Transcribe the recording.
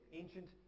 ancient